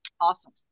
Awesome